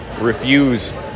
refuse